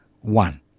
One